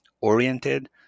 oriented